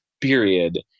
period